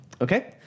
Okay